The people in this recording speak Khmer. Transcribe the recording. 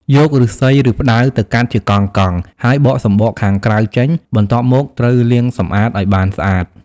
យកឫស្សី ឬផ្តៅទៅកាត់ជាកង់ៗ ហើយបកសម្បកខាងក្រៅចេញ បន្ទាប់មក ត្រូវលាងសម្អាតឲ្យបានស្អាត។